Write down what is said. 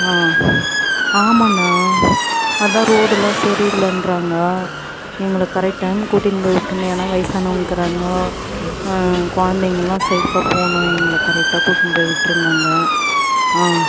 ஆ ஆமாண்ணா அதுதான் ரோடுலாம் சரியில்லன்றாங்க எங்களை கரெக்ட் டைமுக்கு கூட்டின்னு போய் விட்டுரணும் ஏன்னா வயசானவங்க இருக்கறாங்க குழந்தைங்கள்லாம் சேஃபாக போகணும் எங்களை கரெக்டாக கூட்டினு போய் விட்டுருங்க அங்கே ஆ